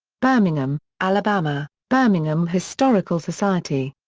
birmingham, alabama birmingham historical society.